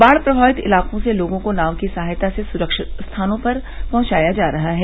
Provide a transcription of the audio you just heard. बाढ़ प्रभावित इलाकों से लोगों को नाव की सहायता से सुरक्षित स्थानों पर पहंचा जा रहा है